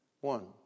One